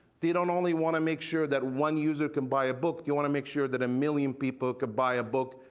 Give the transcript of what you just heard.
they don't only want to make sure that one user can buy a book, they want to make sure that a million people could buy a book,